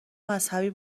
مذهبی